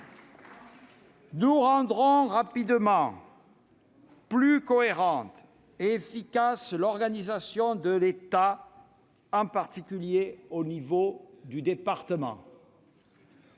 Nous rendrons rapidement plus cohérente et plus efficace l'organisation de l'État, en particulier au niveau du département.